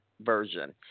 Version